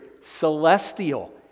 celestial